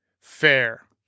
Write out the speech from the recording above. fair